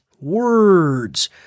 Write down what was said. words